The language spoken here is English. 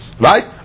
Right